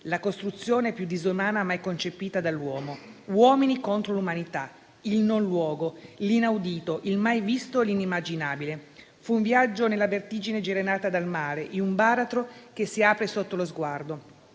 «la costruzione più disumana mai concepita dall'uomo. Uomini contro l'umanità». È il non luogo, l'inaudito, il mai visto, l'inimmaginabile. Fu un viaggio nella vertigine generata dal mare, in un baratro che si apre sotto lo sguardo.